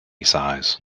size